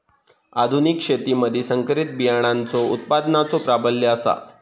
आधुनिक शेतीमधि संकरित बियाणांचो उत्पादनाचो प्राबल्य आसा